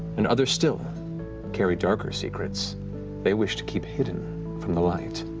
and others still carry darker secrets they wish to keep hidden from the light.